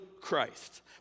Christ